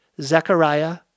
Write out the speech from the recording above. Zechariah